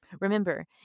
Remember